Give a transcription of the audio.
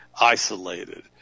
isolated